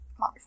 motherfucker